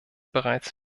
bereits